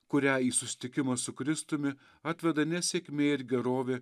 kurią į susitikimą su kristumi atveda ne sėkmė ir gerovė